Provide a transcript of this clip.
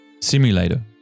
Simulator